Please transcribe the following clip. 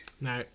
No